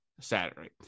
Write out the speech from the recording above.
Saturday